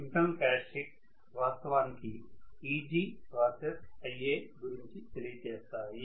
internal characteristics వాస్తవానికి Eg versus Ia గురించి తెలియచేస్తాయి